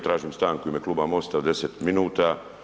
Tražim stanku u ime kluba MOST-a od 10 minuta.